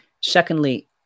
Secondly